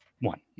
one